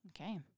Okay